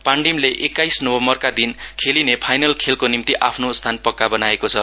पाण्डीमले एक्काइस नोभम्बरका दिन खेलिने फाइनल खेलको निम्ति आफ्नो स्थान पक्का बनाएको छ